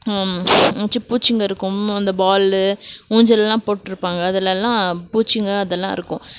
பூச்சிங்க இருக்கும் அந்த பால் ஊஞ்சல்லாம் போட்யிருப்பாங்க அதுலலாம் பூச்சிங்க அதெலாம் இருக்கும்